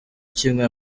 kimwe